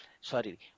sorry